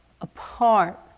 apart